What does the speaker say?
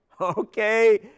okay